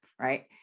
right